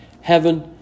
heaven